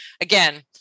Again